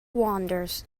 wanders